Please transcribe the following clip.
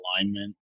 alignment